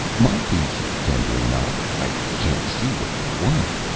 my piece is tender enough. i can't see what you want,